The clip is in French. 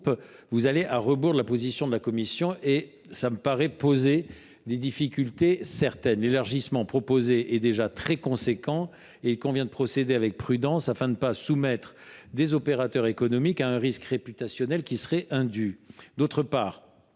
on irait à rebours de la position de la commission, ce qui me paraît poser des difficultés certaines. L’élargissement proposé est déjà considérable ; il convient donc de procéder avec prudence, afin de ne pas soumettre des opérateurs économiques à un risque réputationnel qui serait indu.